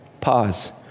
Pause